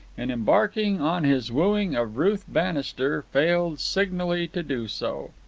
in embarking on his wooing of ruth bannister, failed signally to do so.